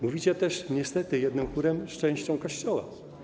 Mówicie też niestety jednym chórem z częścią Kościoła.